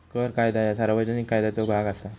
कर कायदा ह्या सार्वजनिक कायद्याचो भाग असा